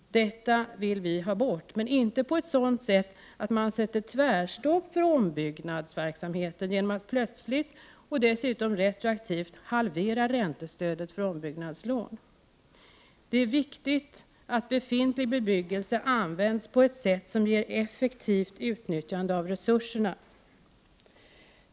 Detta vill vi ha bort, men inte på ett sådant vis att man sätter tvärstopp för ombyggnadsverksamheten genom att plötsligt — och dessutom retroaktivt — halvera räntestödet för ombyggnadslån. Det är viktigt att befintlig bebyggelse används på ett sätt som ger effektivt utnyttjande av resurserna.